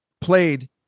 played